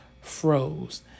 froze